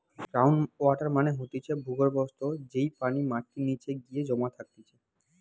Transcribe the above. ground water মানে হতিছে ভূর্গভস্ত, যেই পানি মাটির নিচে গিয়ে জমা থাকতিছে